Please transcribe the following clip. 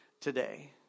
today